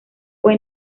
fue